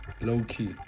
low-key